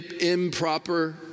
improper